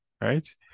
right